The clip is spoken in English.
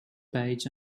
beige